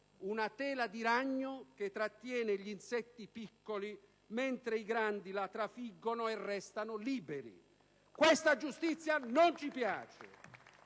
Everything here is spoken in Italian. una tela di ragno che trattiene gli insetti piccoli, mentre i grandi la trafiggono e restano liberi. Questa giustizia non ci piace!